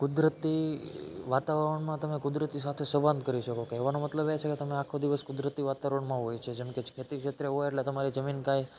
કુદરતી વાતાવરણમાં તમે કુદરત સાથે સંવાદ કરી શકો કહેવાનો મતલબ એ છે કે તમે આખો દિવસ કુદરતી વાતાવરણમાં હોય છે જેમ કે ખેતી ક્ષેત્રે હોય એટલે તમારી જમીન કાંઈ